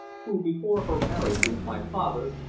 who, before her marriage with my father,